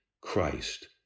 Christ